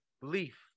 belief